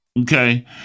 okay